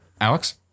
Alex